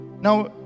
Now